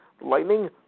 Lightning